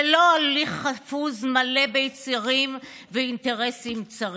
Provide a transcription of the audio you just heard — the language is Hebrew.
ולא הליך חפוז מלא ביצרים ואינטרסים צרים.